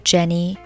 Jenny